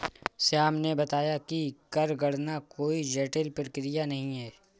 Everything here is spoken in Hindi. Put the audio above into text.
श्याम ने बताया कि कर गणना कोई जटिल प्रक्रिया नहीं है